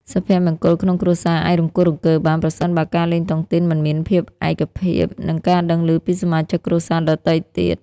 សុភមង្គលក្នុងគ្រួសារអាចរង្គោះរង្គើបាន ប្រសិនបើការលេងតុងទីនមិនមានការឯកភាព និងការដឹងឮពីសមាជិកគ្រួសារដទៃទៀត។